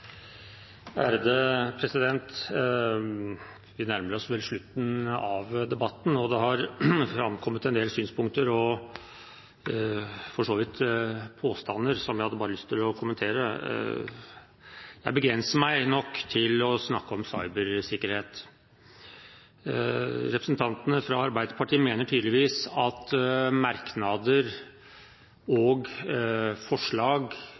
tiden ute. Vi nærmer oss slutten av debatten, og det har framkommet en del synspunkter, og for så vidt påstander, som jeg har lyst til å kommentere. Jeg begrenser meg til å snakke om cybersikkerhet. Representantene fra Arbeiderpartiet mener tydeligvis at merknader og forslag